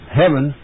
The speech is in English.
heaven